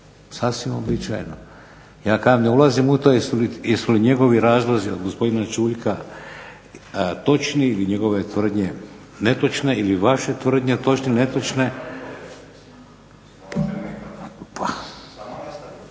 Sasvim uobičajeno. Ja kažem ne ulazim u to jesu li njegovi razlozi od gospodina Čuljka točni i njegove tvrdnje netočne ili vaše tvrdnje točne netočne.